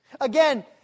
Again